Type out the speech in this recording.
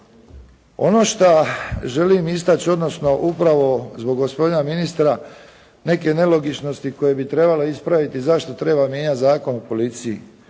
Ono šta želim istači, odnosno upravo zbog gospodina ministra neke nelogičnosti koje bi trebalo ispraviti zašto treba mijenjati Zakon o policiji.